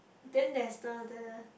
then there's the the